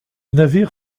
navire